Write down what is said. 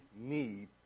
need